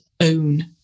own